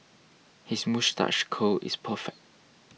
his moustache curl is perfect